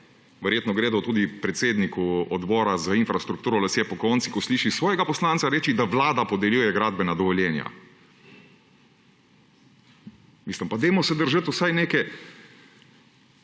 Verjetno gredo tudi predsedniku Odbora za infrastrukturo lasje pokonci, ko sliši svojega poslanca reči, da Vlada podeljuje gradbena dovoljenja. Mislim, pa dajmo se držati vsaj neke